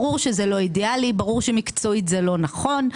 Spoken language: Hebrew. ברור, שזה לא אידיאלי וזה לא נכון מקצועית.